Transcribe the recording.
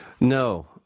No